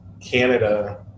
Canada